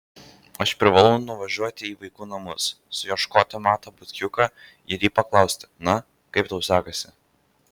aš privalau nuvažiuoti į vaikų namus suieškoti matą butkiuką ir jį paklausti na kaip tau sekasi